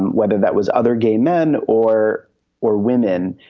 and whether that was other gay men or or women.